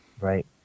right